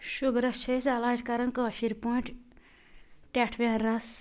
sugars چھِ أسۍ علاج کران کٲشِرۍ پٲٹھۍ ٹیٚٹھویٚن رس